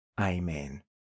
Amen